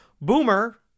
Boomer